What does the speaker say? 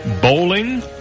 Bowling